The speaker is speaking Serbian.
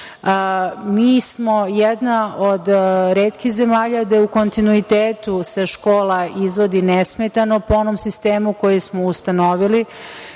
mi smo jedna od retkih zemalja gde se u kontinuitetu škola izvodi nesmetano, po onom sistemu koji smo ustanovili.